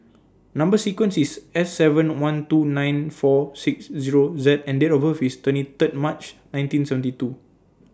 Number sequence IS S seven one two nine four six Zero Z and Date of birth IS twenty Third March nineteen seventy two